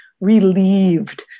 relieved